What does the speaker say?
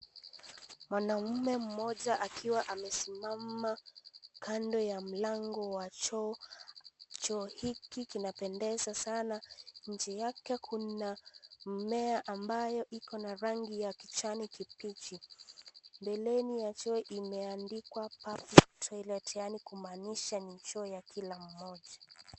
Mwanaume mmoja akiwa amesimama kando ya mlango wa choo . choo hiki kinapendeza sana kuna mimea ambapo ina rangi ya kijani kibichi, mbeleni imeandikwa' public' toilet yaani kumaanisha ni choo ya kila mmoja .